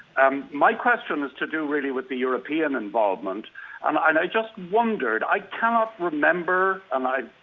um my question has to do, really, with the european involvement. and i just wondered, i cannot remember, and i,